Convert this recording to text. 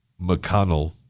McConnell